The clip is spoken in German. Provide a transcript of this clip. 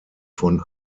von